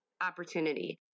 opportunity